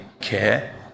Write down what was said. care